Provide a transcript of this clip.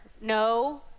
no